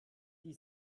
die